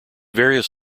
various